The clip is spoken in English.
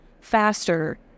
faster